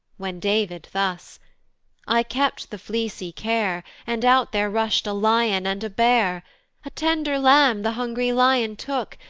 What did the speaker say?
when david thus i kept the fleecy care, and out there rush'd a lion and a bear a tender lamb the hungry lion took,